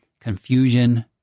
confusion